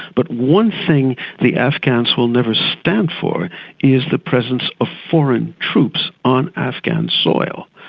but one thing the afghans will never stand for is the presence of foreign troops on afghan soil.